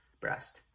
breast